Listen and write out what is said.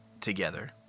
together